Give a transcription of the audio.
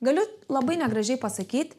galiu labai negražiai pasakyt